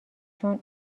چون